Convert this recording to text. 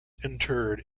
interred